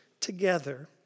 together